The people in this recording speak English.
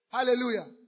Hallelujah